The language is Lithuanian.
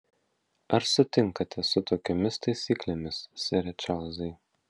ar sutinkate su tokiomis taisyklėmis sere čarlzai